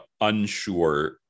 unsure